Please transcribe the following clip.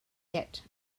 yet